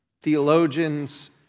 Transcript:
theologians